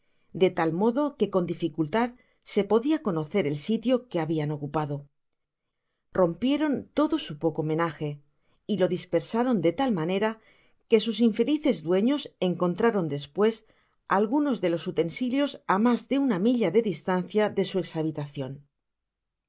de tal modo que con diñcultad so podia conocer el sitio que habian ocupado rompieron todo su poco menaje y lo dispersaron de tal manera que sus infelices dueños encontraron despues algunos de los utensilios á mas de una milla de distancia de su